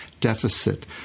deficit